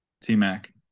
T-Mac